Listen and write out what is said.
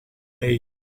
made